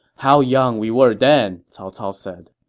how young we were then, cao cao said.